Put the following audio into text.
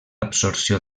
absorció